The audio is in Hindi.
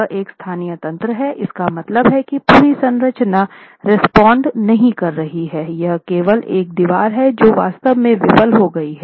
यह एक स्थानीय तंत्र है इसका मतलब है की पूरी संरचना रेस्पॉन्ड नहीं कर रही है यह केवल एक दीवार है जो वास्तव में विफल हो गई है